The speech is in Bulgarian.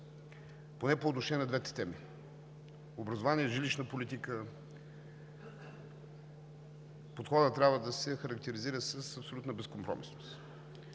поне по отношение на двете теми – образование и жилищна политика, подходът трябва да се характеризира с абсолютна безкомпромисност